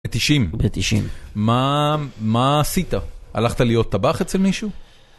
ב-90, מה עשית? הלכת להיות טבח אצל מישהו?